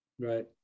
Right